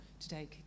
today